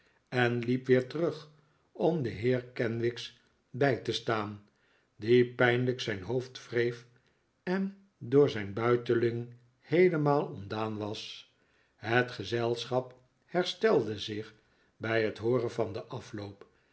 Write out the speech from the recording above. en liep weer terug om den heer kenwigs bij te staan die pijnlijk zijn hoofd wreef en door zijn buiteling heelemaal ontdaan was het gezelschap herstelde zich bij het hooren van den afloop